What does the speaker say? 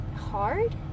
hard